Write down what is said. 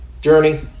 Journey